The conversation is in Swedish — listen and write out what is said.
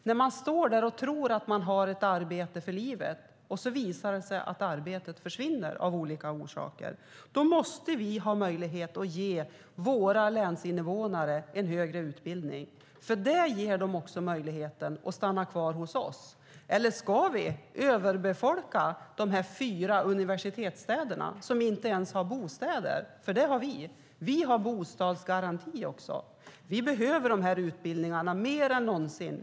När man tror att man har ett arbete för livet och det visar sig att arbetet försvinner av olika orsaker, då måste vi ha möjlighet att ge våra länsinvånare en högre utbildning, för det ger dem också möjligheten att stanna kvar hos oss. Eller ska vi överbefolka de fyra universitetsstäderna som inte ens har bostäder? Det har nämligen vi. Vi har bostadsgaranti också. Vi behöver de här utbildningarna mer än någonsin.